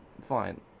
fine